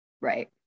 Right